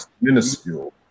minuscule